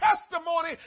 testimony